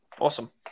Awesome